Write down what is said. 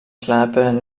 slapen